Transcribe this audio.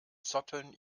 zotteln